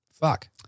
fuck